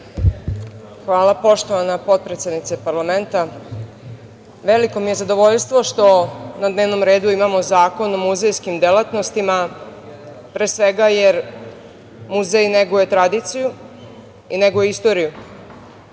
Hvala, poštovana potpredsednice parlamenta. Veliko mi je zadovoljstvo što na dnevnom redu imamo Zakon o muzejskim delatnostima, pre svega jer muzej neguje tradiciju i neguje istoriju,